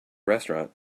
restaurant